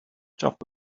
top